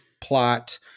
plot –